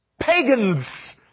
Pagans